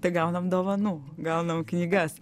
tai gaunam dovanų gaunam knygas